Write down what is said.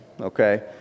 okay